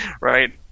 right